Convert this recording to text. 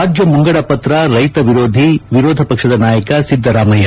ರಾಜ್ಯ ಮುಂಗಡಪತ್ರ ರೈತ ವಿರೋಧಿ ವಿರೋಧ ಪಕ್ಷದ ನಾಯಕ ಸಿದ್ದರಾಮಯ್ಯ